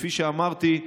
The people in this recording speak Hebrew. כפי שאמרתי,